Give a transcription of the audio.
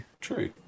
true